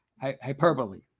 hyperbole